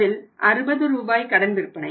அதில் 60 ரூபாய் கடன் விற்பனை